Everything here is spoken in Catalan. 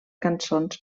cançons